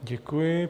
Děkuji.